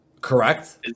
Correct